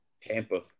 Tampa